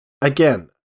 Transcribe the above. Again